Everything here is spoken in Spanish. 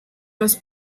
los